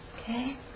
Okay